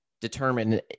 determine